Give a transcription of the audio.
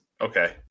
Okay